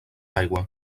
aigua